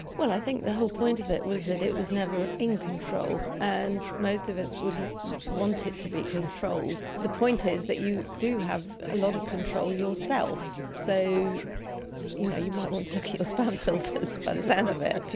well, i think the whole point of it was that it was never in control, and most of us wouldn't want it to be controlled. the point is that you do have a lot of control yourself, so you know you might want to look at your spam filters by the sound of it.